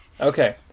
Okay